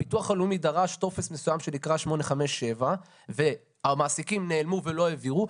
הביטוח הלאומי דרש טופס מסוים שנקרא 857 והמעסיקים נעלמו ולא העבירו.